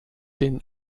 den